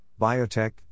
biotech